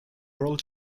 world